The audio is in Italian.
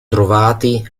trovati